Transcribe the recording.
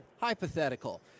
hypothetical